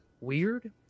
weird